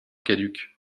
caduques